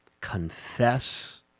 Confess